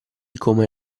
come